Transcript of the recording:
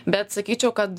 bet sakyčiau kad